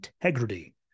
integrity